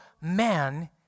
man